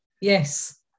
yes